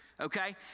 okay